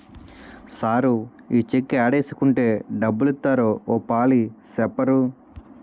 sir ఈ cheque ఏడేసుకుంటే డబ్బులిత్తారో ఓ పాలి సెప్పరూ